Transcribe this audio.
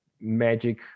magic